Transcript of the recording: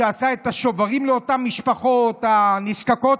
שעשה את השוברים לאותן המשפחות הנזקקות,